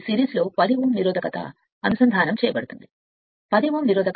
సిరీస్లో 10 Ω నిరోధకత కనెక్ట్ చేయబడితే అది నడుస్తున్న వేగాన్ని 30 యాంపియర్ కనుగొంటుంది